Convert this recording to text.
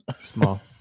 Small